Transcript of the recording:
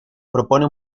propone